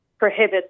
prohibit